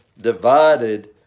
divided